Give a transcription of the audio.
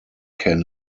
can